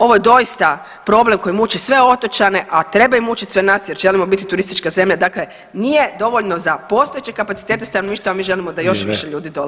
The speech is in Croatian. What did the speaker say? Ovo je doista problem koji muči sve otočane, a treba i mučiti sve nas jer želimo biti turistička zemlja, dakle nije dovoljno za postojeće kapacitete stanovništva, a mi želimo [[Upadica Sanader: Vrijeme.]] da još više ljudi dolazi na otoke.